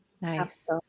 Nice